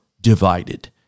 divided